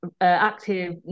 active